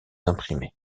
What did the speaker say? imprimés